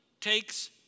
takes